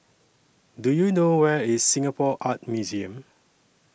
Do YOU know Where IS Singapore Art Museum